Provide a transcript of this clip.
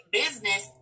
business